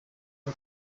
ngo